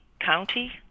county